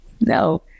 No